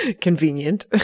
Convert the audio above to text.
Convenient